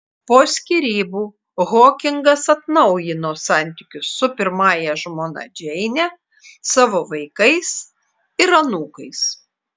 po skyrybų hokingas atnaujino santykius su pirmąja žmona džeine savo vaikais ir anūkais